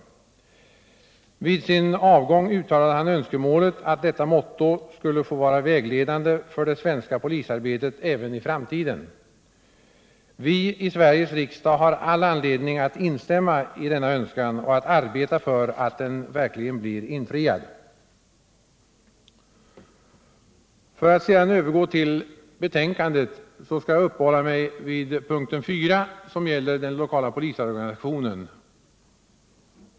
Vid sin avgång uttalade han önskemålet att detta motto skulle få vara vägledande för det svenska polisarbetet även i framtiden. Vi i Sveriges riksdag har all anledning att instämma i denna önskan och att arbeta för att den verkligen blir infriad. För att sedan övergå till betänkandet, så skall jag uppehålla mig vid punkten 4 som gäller den lokala polisorganisationen.